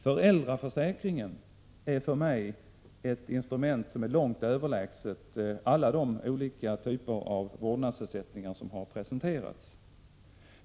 Föräldraförsäkringen är för mig ett instrument som är långt överlägset alla de olika typer av vårdnadsersättningar som har presenterats.